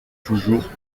toujours